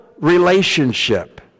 relationship